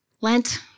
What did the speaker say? Lent